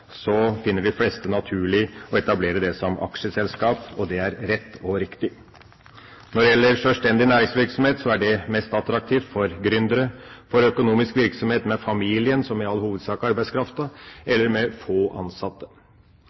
finner de fleste det naturlig å etablere virksomheten som aksjeselskap. Det er rett og riktig. Sjølstendig næringsvirksomhet er mest attraktivt for gründere, for økonomiske virksomheter der familien i all hovedsak er arbeidskrafta, eller for virksomheter som har få ansatte.